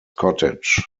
cottage